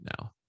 now